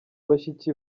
bashiki